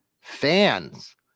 fans